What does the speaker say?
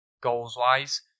goals-wise